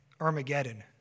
Armageddon